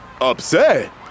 Upset